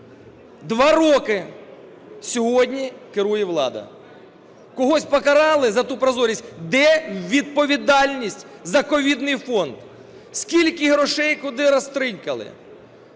Два роки сьогодні керує влада. Когось покарали за ту прозорість? Де відповідальність за ковідний фонд? Скільки грошей, куди розтринькали?